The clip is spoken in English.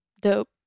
Dope